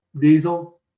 diesel